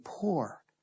poor